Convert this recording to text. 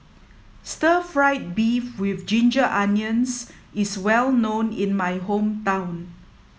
stir fried beef with ginger onions is well known in my hometown